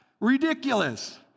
ridiculous